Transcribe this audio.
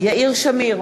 יאיר שמיר,